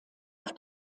auf